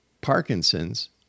Parkinson's